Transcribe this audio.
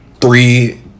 Three